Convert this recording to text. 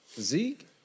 Zeke